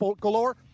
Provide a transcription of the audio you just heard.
galore